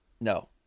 no